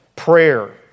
Prayer